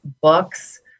books